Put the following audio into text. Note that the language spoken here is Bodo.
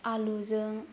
आलुजों